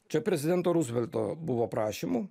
čia prezidento ruzvelto buvo prašymu